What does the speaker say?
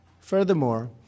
Furthermore